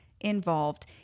involved